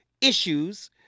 issues